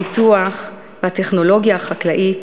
הפיתוח והטכנולוגיה החקלאית,